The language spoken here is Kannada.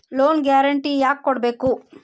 ಲೊನ್ ಗ್ಯಾರ್ಂಟಿ ಯಾಕ್ ಕೊಡ್ಬೇಕು?